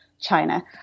China